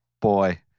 boy